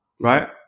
Right